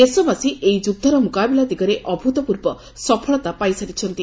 ଦେଶବାସୀ ଏଇ ଯୁଦ୍ଧର ମୁକାବିଲା ଦିଗରେ ଅଭ୍ରତପୂର୍ବ ସଫଳତା ପାଇସାରିଛନ୍ତି